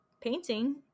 painting